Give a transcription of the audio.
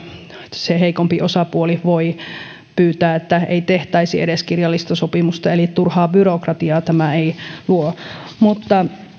se heikompi osapuoli voivat omasta aloitteestaan pyytää että ei edes tehtäisi kirjallista sopimusta eli turhaa byrokratiaa tämä ei luo mutta